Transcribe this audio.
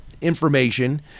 information